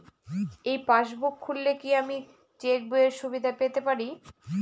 এই পাসবুক খুললে কি আমি চেকবইয়ের সুবিধা পেতে পারি?